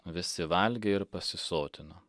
visi valgė ir pasisotino